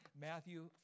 Matthew